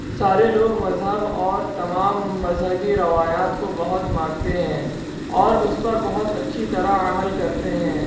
سارے لوگ مذہب اور تمام مذہبی روایات کو بہت مانتے ہیں اور اس پر بہت اچھی طرح عمل کرتے ہیں